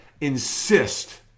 Insist